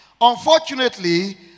unfortunately